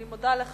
אני מודה לך.